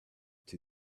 two